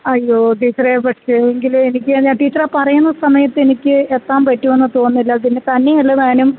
അയ്യോ ടീച്ചറെ പക്ഷേങ്കില് എനിക്ക് ടീച്ചറാ പറയുന്ന സമയത് എനിക്ക് എത്താൻ പറ്റുമെന്നും തോന്നുന്നില്ല പിന്നെ തന്നെയല്ലതാനും